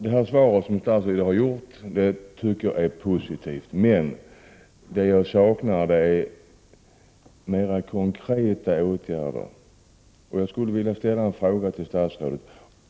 Det svar som statsrådet givit tycker jag är positivt. Men jag saknar mera konkreta åtgärder. Jag skulle vilja ställa en fråga till statsrådet.